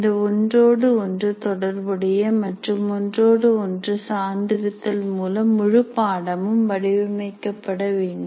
இந்த ஒன்றோடு ஒன்று தொடர்புடைய மற்றும் ஒன்றோடு ஒன்று சார்ந்திருத்தல் மூலம் முழு பாடமும் வடிவமைக்கப்பட வேண்டும்